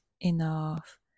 enough